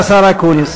מיינרצהגן,